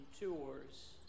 tours